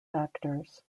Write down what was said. factors